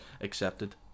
accepted